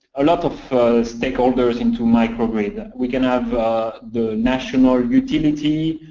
a lot of stakeholders into micro-grid. we can have the national utility.